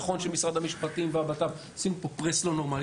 נכון שמשרד המשפטים והבט"פ עושים פה press לא נורמלי.